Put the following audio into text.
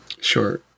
Sure